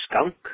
Skunk